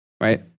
right